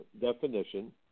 definition